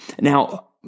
Now